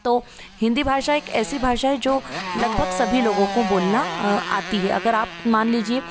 तो हिन्दी भाषा एक ऐसी भाषा है जो लगभग सभी लोगों को बोलना आती है अगर आप मान लीजिए